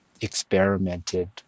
experimented